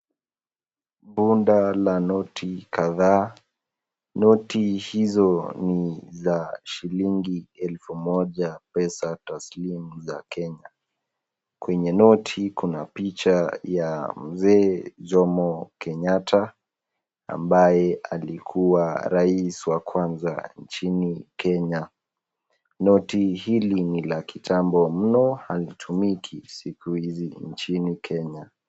Bunda la noti kadhaa. Noti hizo ni za shilingi elfu moja pesa taslimu za Kenya. Kwenye noti kuna picha ya Mzee Jomo Kenyatta ambaye alikuwa rais wa kwanza nchini Kenya. Noti hili ni la kitambo mno halitumiki siku hizi nchini Kenya.